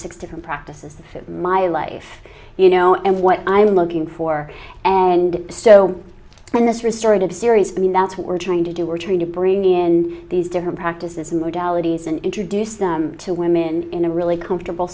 six different practices in my life you know and what i'm looking for and so in this restored of a series i mean that's what we're trying to do we're trying to bring in these different practices modalities and introduce them to women in a really comfortable